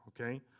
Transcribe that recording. okay